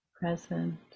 Present